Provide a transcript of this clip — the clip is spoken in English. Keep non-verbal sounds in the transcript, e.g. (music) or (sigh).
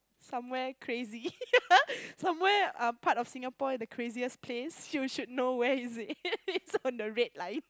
somewhere crazy (laughs) somewhere um part of Singapore in the craziest place you should know where is it (laughs) it's on the red line